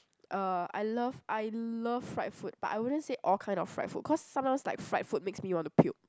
uh I love I love fried food but I wouldn't say all kind of fried food cause sometimes like fried food makes me want to puke